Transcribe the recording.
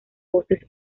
voces